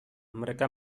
mereka